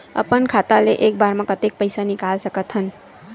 अपन खाता ले एक बार मा कतका पईसा निकाल सकत हन?